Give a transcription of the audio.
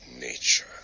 nature